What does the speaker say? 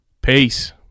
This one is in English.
Peace